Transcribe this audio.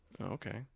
Okay